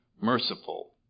merciful